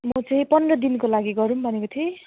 म चाहिँ पन्ध्र दिनको लागि गरौँ भनेको थिएँ